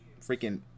freaking